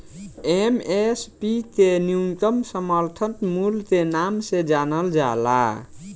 MSP के न्यूनतम समर्थन मूल्य के नाम से जानल जाला